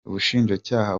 ubushinjacyaha